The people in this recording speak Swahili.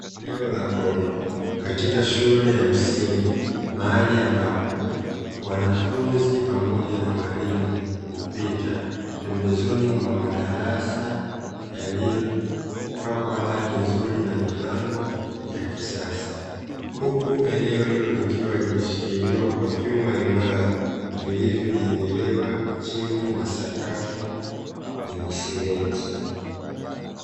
Eneo la korido katika shule ya msingi, mahali ambapo wanafunzi pamoja na walimu hupita pembezoni mwa madarasa yaliyopkwa rangi nzuri na milango ya kisasa, huku eneo hilo likiwa limeshikiliwa kwa vyuma imara vilivyojengelewa chini na sakafu yenye simenti.